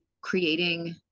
creating